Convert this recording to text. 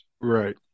Right